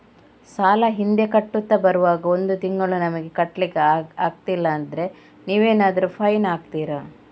ಸಾಲ ಹಿಂದೆ ಕಟ್ಟುತ್ತಾ ಬರುವಾಗ ಒಂದು ತಿಂಗಳು ನಮಗೆ ಕಟ್ಲಿಕ್ಕೆ ಅಗ್ಲಿಲ್ಲಾದ್ರೆ ನೀವೇನಾದರೂ ಫೈನ್ ಹಾಕ್ತೀರಾ?